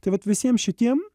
tai vat visiem šitiem